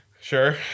Sure